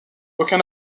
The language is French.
aucun